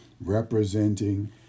representing